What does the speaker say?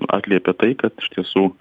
atliepia tai kad iš tiesų